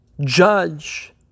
judge